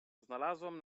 znalazłam